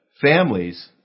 families